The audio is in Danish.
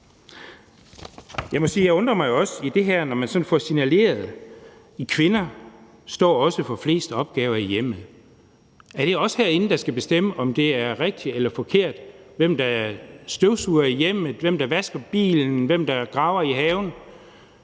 det her, når man sådan får signaleret: Kvinder står også for flest opgaver i hjemmet. Er det os herinde, der skal bestemme, om det er rigtigt eller forkert, hvem der er støvsuger i hjemmet, hvem der vasker bilen, hvem der graver i haven?